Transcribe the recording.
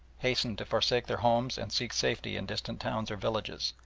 hastened to forsake their homes and seek safety in distant towns or villages,